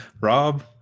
Rob